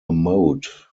moat